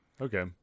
okay